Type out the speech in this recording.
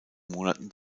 monaten